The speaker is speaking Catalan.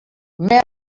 més